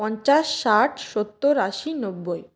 পঞ্চাশ ষাট সত্তর আশি নব্বই